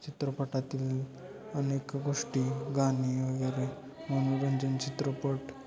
चित्रपटातील अनेक गोष्टी गाणे वगैरे मनोरंजन चित्रपट